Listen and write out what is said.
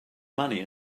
money